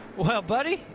well, buddy,